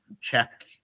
check